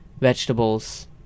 vegetables